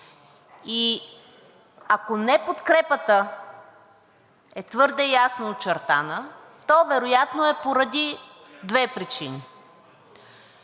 Ако неподкрепата е твърде ясно очертана, то вероятно е поради две причини.